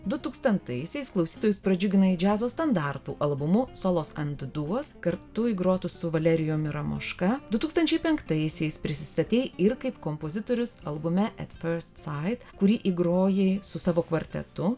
du tūkstantaisiais klausytojus pradžiuginai džiazo standartų albumu solos and duos kartu įgrotu su valerijumi ramoška du tūkstančiai penktaisiais prisistatei ir kaip kompozitorius albume at first sight kurį įgrojai su savo kvartetu